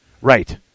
Right